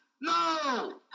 No